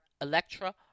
Electra